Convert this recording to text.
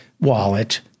wallet